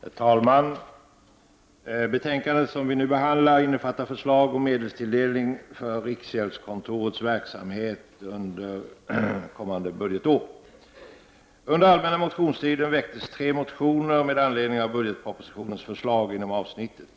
Herr talman! Det betänkande som vi nu behandlar innefattar förslag om medelstilldelning för riksgäldskontorets verksamhet under kommande budgetår. Under allmänna motionstiden väcktes tre motioner med anledning av budgetpropositionens förslag inom avsnittet.